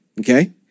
okay